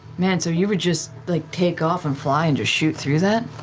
man, so you would just like take off and fly and just shoot through that?